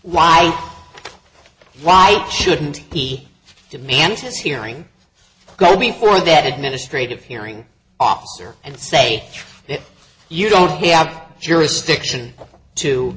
why why shouldn't he demand his hearing go before that administrative hearing officer and say if you don't have jurisdiction to